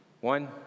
One